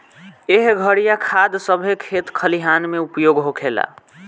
एह घरिया खाद सभे खेत खलिहान मे उपयोग होखेला